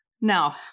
now